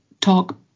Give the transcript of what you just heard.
talk